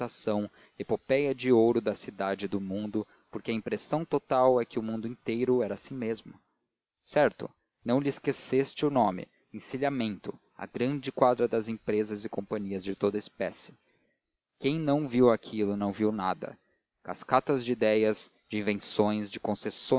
agitação epopeia de ouro da cidade e do mundo porque a impressão total é que o mundo inteiro era assim mesmo certo não lhe esqueceste o nome encilhamento a grande quadra das empresas e companhias de toda espécie quem não viu aquilo não viu nada cascatas de ideias de invenções de